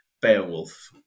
Beowulf